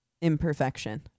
imperfection